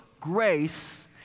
grace